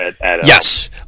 yes